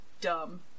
dumb